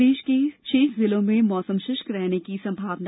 प्रदेश के शेष जिलों में मौसम शुष्क रहने की संभावना